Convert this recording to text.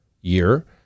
year